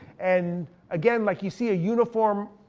and again, like you see a uniform,